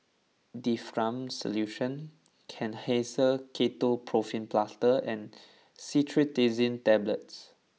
Difflam Solution Kenhancer Ketoprofen Plaster and Cetirizine Tablets